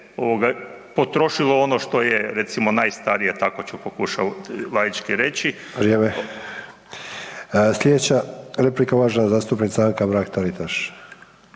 potrošilo ono što je recimo najstarije, tako ću pokušati laički reći.